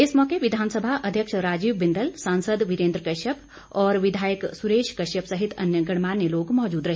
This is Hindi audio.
इस मौके विधानसभा अध्यक्ष राजीव बिंदल सांसद वीरेन्द्र कश्यप और विधायक सुरेश कश्यप सहित अन्य गणमान्य लोग मौजूद रहे